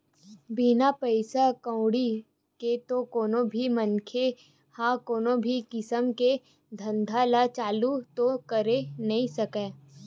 बिना पइसा कउड़ी के तो कोनो भी मनखे ह कोनो भी किसम के धंधा ल चालू तो करे नइ सकय